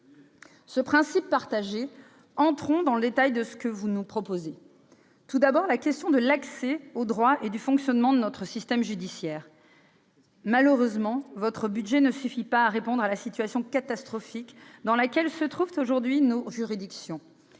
Ce principe partagé, entrons dans le détail de ce que vous nous proposez. Tout d'abord, s'agissant de la question de l'accès au droit et du fonctionnement de notre système judiciaire, malheureusement, monsieur le secrétaire d'État, votre budget ne suffit pas à répondre à la situation catastrophique dans laquelle se trouvent aujourd'hui nos juridictions